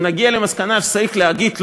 אם נגיע למסקנה שצריך להגיד לא,